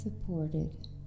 supported